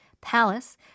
palace